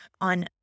on